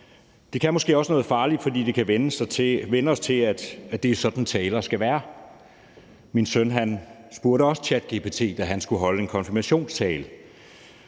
Det kan måske også noget farligt, for det kan vænne os til, at det er sådan, taler skal være. Min søn spurgte også ChatGPT, da han skulle holde en konfirmationstale.